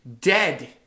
dead